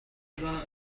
after